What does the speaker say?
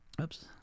oops